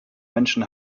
menschen